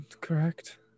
Correct